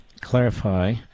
clarify